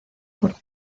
por